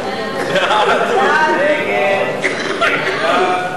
ההצעה להעביר את הצעת חוק מיסוי רווחי